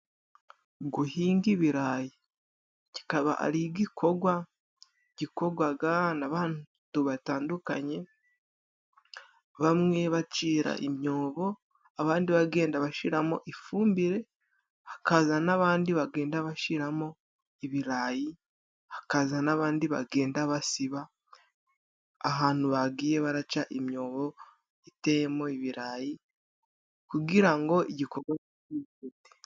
Guhinga ibirayi, kikaba ari igikogwa gikogwaga n'abantu batandukanye, bamwe bacira imyobo, abandi bagenda bashiramo ifumbire, hakaza n'abandi bagenda bashiramo ibirayi, hakaza n'abandi bagenda basiba ahantu bagiye baraca imyobo iteyemo ibirayi kugira ngo igikorwa kihute.